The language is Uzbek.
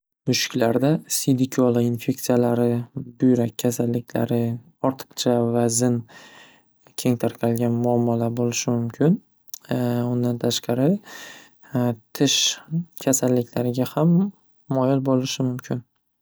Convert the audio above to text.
Mushuklarda siydik yo‘li infeksiyalari buyrak kasalliklari, ortiqcha vazn keng tarqalgan muammolar bo‘lishi mumkin. Undan tashqari, tish kasalliklariga ham moyil bo‘lishi mumkin.